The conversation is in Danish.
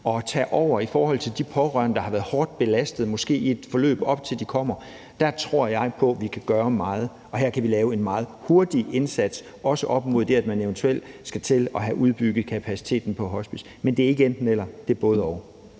og tage over i forhold til de pårørende, som måske har været hårdt belastet i et forløb op til, at de kommer, kan gøre meget. Her kan vi lave en meget hurtig indsats – også op imod det, at man eventuelt skal til at have udbygget kapaciteten på hospicer. Men det er ikke enten-eller; det er både-og.